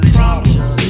Problems